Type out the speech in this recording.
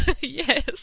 yes